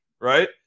right